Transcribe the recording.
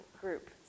Group